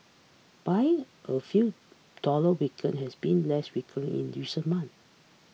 buying of you dollar weaken has been less frequent in recent month